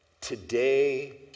today